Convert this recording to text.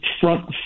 front